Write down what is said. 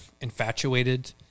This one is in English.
infatuated